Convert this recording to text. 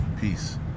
Peace